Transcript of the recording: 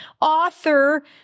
author